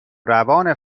روان